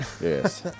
Yes